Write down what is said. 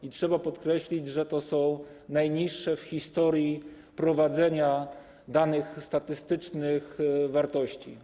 I trzeba podkreślić, że to są najniższe w historii prowadzenia danych statystycznych wartości.